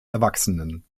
erwachsenen